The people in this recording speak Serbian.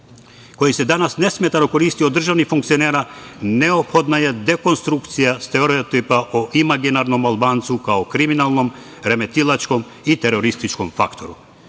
koji se danas nesmetano koristi od državnih funkcionera neophodno je dekonstrukcija stereotipa o imaginarnom Albancu kao kriminalnom, remetilačkom i terorističkom faktoru.Za